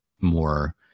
more